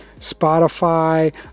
Spotify